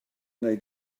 wnei